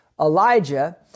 Elijah